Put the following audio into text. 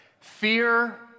Fear